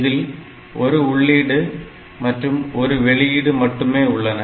இதில் ஒரு உள்ளீடு மற்றும் ஒரு வெளியீடு மட்டுமே உள்ளன